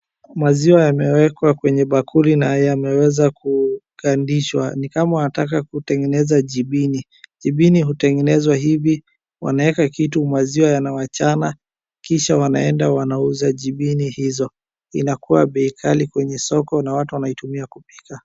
Maziwa yamewekwa kwenye bakuli na yameweza kugandishwa ni kama wanataka kutengeneza jibini, jibini hutengenezwa hivi, wanaweka kitu maziwa yanawachana kisha wanaenda wanauza jibini hizo inakuwa bei ghali kwenye soko na watu wanaitumia kupika.